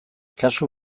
kasu